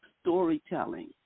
storytelling